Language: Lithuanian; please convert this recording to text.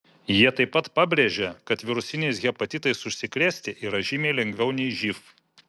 jie taip pat pabrėžė kad virusiniais hepatitais užsikrėsti yra žymiai lengviau nei živ